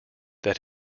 that